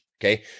okay